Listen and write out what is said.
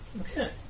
Okay